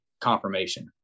confirmation